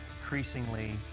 increasingly